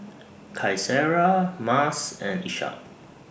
Qaisara Mas and Ishak